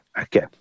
Okay